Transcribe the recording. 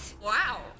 Wow